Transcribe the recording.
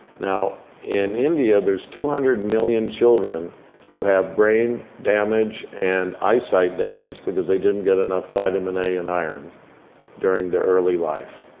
now in india, there's two hundred million children who have brain damage and eye sight damage because they didn't get enough vitamin a and iron during their early life,